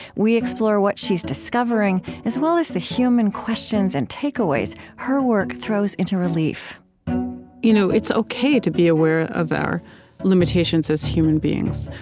we explore what she's discovering, as well as the human questions and takeaways her work throws into relief you know it's ok to be aware of our limitations as human beings,